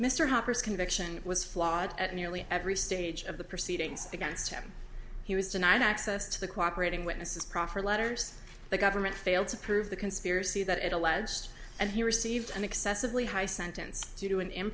mr harper's conviction was flawed at nearly every stage of the proceedings against him he was denied access to the cooperating witnesses proffer letters the government failed to prove the conspiracy that it alleged that he received an excessively high sentence due to an